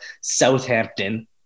Southampton